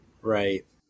Right